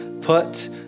put